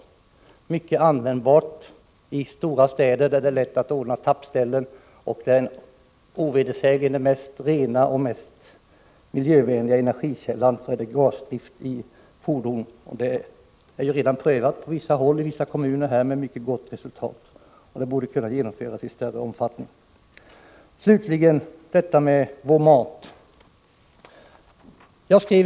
Den är mycket användbar i storstäderna, där det är lätt att ordna tappställen. Motorgas är den ovedersägligt mest rena och miljövänliga energikällan för fordon. Den är redan prövad i vissa kommuner med mycket gott resultat. Den borde kunna användas i större omfattning. Slutligen några ord om vår mat.